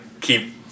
keep